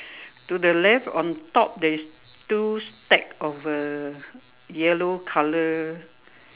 to the left on top there is two stack of uh yellow colour